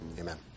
amen